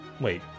Wait